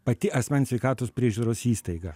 pati asmens sveikatos priežiūros įstaiga